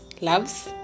Loves